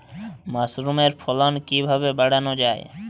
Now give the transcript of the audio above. মাসরুমের ফলন কিভাবে বাড়ানো যায়?